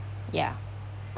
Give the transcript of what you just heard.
yeah